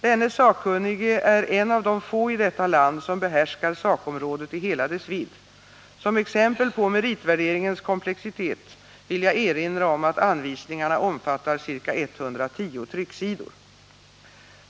Denne sakkunnige är en av de få i detta land som behärskar sakområdet i hela dess vidd. Som exempel på meritvärderingens komplexitet vill jag erinra om att anvisningarna omfattar ca 110 trycksidor.